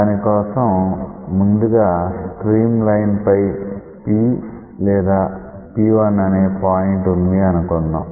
దాని కోసం ముందుగా స్ట్రీమ్ లైన్ పై P లేదా P1 అనే పాయింట్ వుంది అనుకుందాం